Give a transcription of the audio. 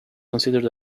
considered